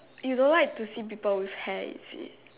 you don't like to see people with hair is it